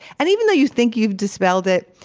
and even though you think you've dispelled it,